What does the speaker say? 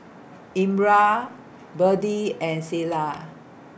Elmyra Berdie and Selah